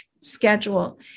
schedule